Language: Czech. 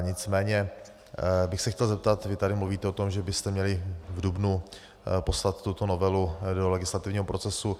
Nicméně bych se chtěl zeptat vy tady mluvíte o tom, že byste měli v dubnu poslat tuto novelu do legislativního procesu.